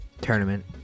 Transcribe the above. tournament